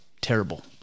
terrible